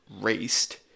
raced